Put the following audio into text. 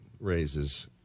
raises